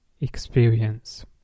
Experience